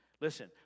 Listen